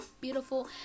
beautiful